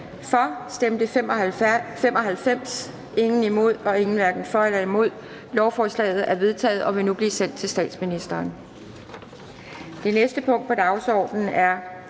imod stemte 2 (LA), hverken for eller imod stemte 0. Lovforslaget er vedtaget og vil nu blive sendt til statsministeren. --- Det sidste punkt på dagsordenen er: